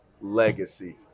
legacy